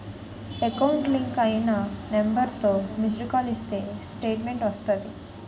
account link అయిన నెంబర్తో missed call ఇస్తే స్టేట్మెంటు వస్తాది